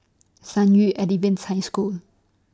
San Yu Adventist High School